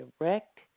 direct